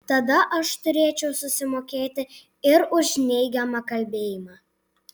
tada aš turėčiau susimokėti ir už neigiamą kalbėjimą